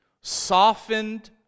softened